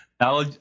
Now